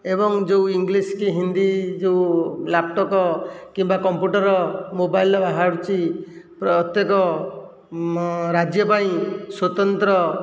ଏବଂ ଯେଉଁ ଇଂଲିଶ କି ହିନ୍ଦୀ ଯେଉଁ ଲ୍ୟାପଟପ୍ କିମ୍ବା କମ୍ପ୍ୟୁଟର ମୋବାଇଲ୍ରେ ବାହାରୁଛି ପ୍ରତ୍ୟେକ ରାଜ୍ୟ ପାଇଁ ସ୍ୱତନ୍ତ୍ର